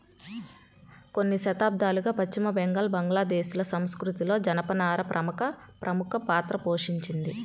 కొన్ని శతాబ్దాలుగా పశ్చిమ బెంగాల్, బంగ్లాదేశ్ ల సంస్కృతిలో జనపనార ప్రముఖ పాత్ర పోషించింది